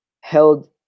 held